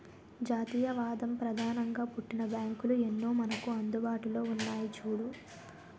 జాతీయవాదం ప్రధానంగా పుట్టిన బ్యాంకులు ఎన్నో మనకు అందుబాటులో ఉన్నాయి చూడు